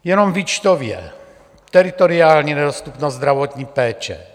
Jenom výčtově: Teritoriální nedostupnost zdravotní péče.